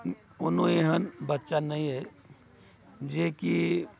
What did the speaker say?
कोनो एहन बच्चा नहि अहि जेकी